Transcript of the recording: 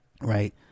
Right